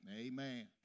Amen